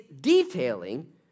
detailing